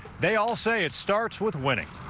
they all say it starts with winning.